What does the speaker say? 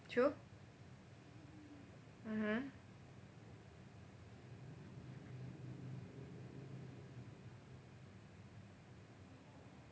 true mmhmm